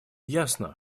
ясно